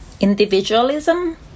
individualism